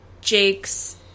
Jake's